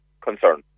concern